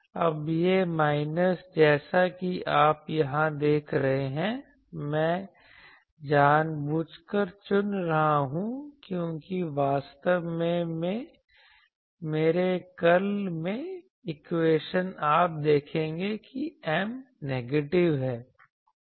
अब यह माइनस जैसा कि आप यहां देख रहे हैं मैं जानबूझकर चुन रहा हूं क्योंकि वास्तव में मेरे कर्ल में इक्वेशन आप देखेंगे कि M नेगेटिव है